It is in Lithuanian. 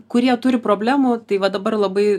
kurie turi problemų tai va dabar labai